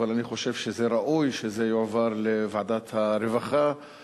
אבל אני חושב שראוי שזה יועבר לוועדת העבודה,